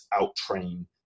out-train